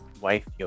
wife